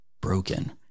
broken